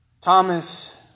Thomas